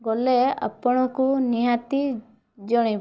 ଗଲେ ଆପଣଙ୍କୁ ନିହାତି ଜଣେଇବୁ